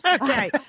Okay